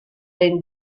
ben